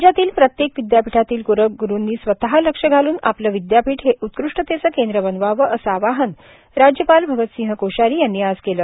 राज्यातील प्रत्येक विद्यापीठातील कुलग्रुंनी स्वतः लक्ष घालून आपलं विद्यापीठ हे उत्कृष्टतेचं केंद्र बनवावं असं आवाहन राज्यपाल भगत सिंह कोश्यारी यांनी आज केलं